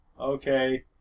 Okay